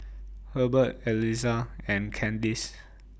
Herbert Elissa and Kandice